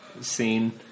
scene